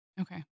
Okay